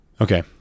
Okay